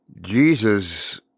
Jesus